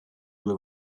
due